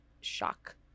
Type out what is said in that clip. shock